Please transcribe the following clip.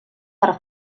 per